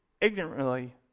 ignorantly